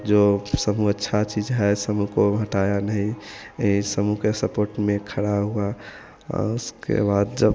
जो समूह अच्छा चीज़ है समूह को हटाया नहीं यह समूह के सपोर्ट में खड़ा हुआ और उसके बाद जब